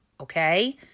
Okay